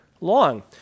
long